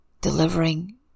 Delivering